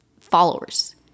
followers